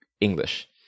English